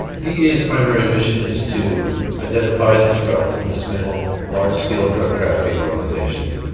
dea's primary mission is to identify, disrupt, and dismantle large scale drug trafficking organizations.